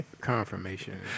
confirmation